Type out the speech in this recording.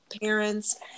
parents